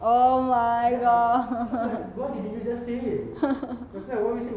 oh my god